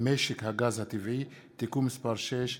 משק הגז הטבעי (תיקון מס' 6),